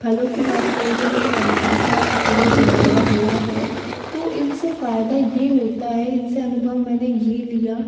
फलों की बात करें तो मैंने अनार का पेड़ उगाया हुआ है तो इनसे फायदा यह होता है इनसे अनुभव मैंने यह लिया